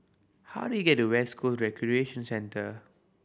how do I get to West Coast Recreation Centre